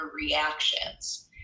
reactions